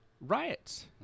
riots